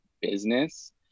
business